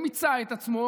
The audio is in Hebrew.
הוא מיצה את עצמו,